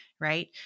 right